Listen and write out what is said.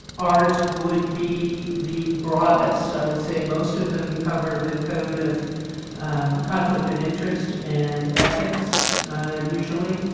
ours would be the broadest, i would say most of them cover the code of conflict of interest and ethics usually.